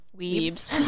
weebs